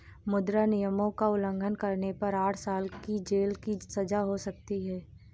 मुद्रा नियमों का उल्लंघन करने पर आठ साल की जेल की सजा हो सकती हैं